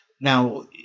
Now